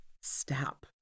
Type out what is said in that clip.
stop